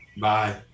Bye